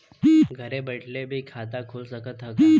घरे बइठले भी खाता खुल सकत ह का?